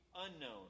unknown